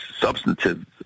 substantive